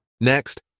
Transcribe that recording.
Next